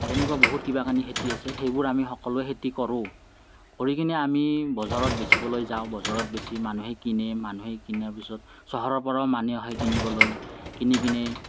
এনেকুৱা বহুত কিবা কানি খেতি আছে সেইবোৰ আমি সকলোৱে খেতি কৰোঁ কৰিকিনে আমি বজাৰত বেচিবলৈ যাওঁ বজাৰত বেছি মানুহে কিনে মানুহে কিনাৰ পিছত চহৰৰ পৰাও মানুহ আহে কিনিবলৈ কিনি কিনে